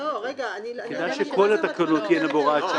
אני מציע שנגביל את זה,